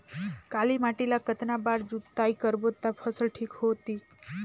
काली माटी ला कतना बार जुताई करबो ता फसल ठीक होती?